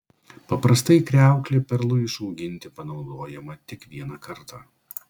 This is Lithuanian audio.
paprastai kriauklė perlui išauginti panaudojama tik vieną kartą